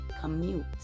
Commute